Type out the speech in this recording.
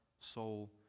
soul